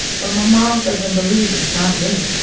but my mom doesn't believe it's not me.